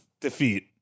Defeat